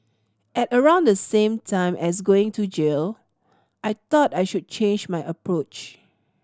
at around the same time as going to jail I thought I should change my approach